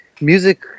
music